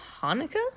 Hanukkah